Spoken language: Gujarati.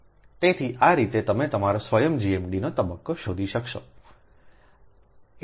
તેથી આ રીતે તમે તમારા સ્વયં GMDનો તબક્કો શોધી શકશો